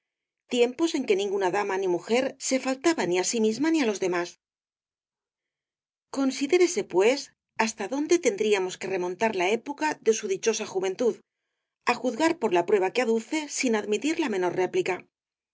tiempos en que ninguna dama ni mujer se faltaba ni á sí misma ni á los demás considérese pues hasta dónde tendríamos que remontar la época de su dichosa juventud á juzgar por la prueba que aduce sin admitir la menor réplica